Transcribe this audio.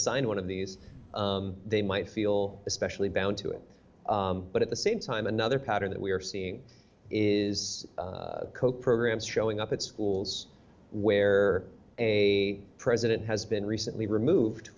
signed one of these they might feel especially bound to it but at the same time another pattern that we are seeing is programs showing up at schools where a president has been recently removed